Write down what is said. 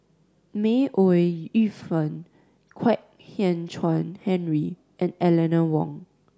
May Ooi Yu Fen Kwek Hian Chuan Henry and Eleanor Wong